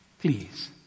Please